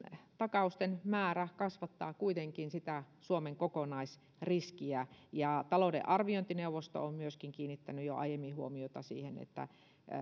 takausten määrä kasvattaa kuitenkin sitä suomen kokonaisriskiä talouden arviointineuvosto on myöskin kiinnittänyt jo aiemmin huomiota siihen